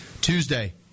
Tuesday